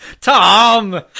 Tom